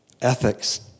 Ethics